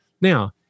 Now